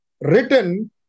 written